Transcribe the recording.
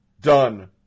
done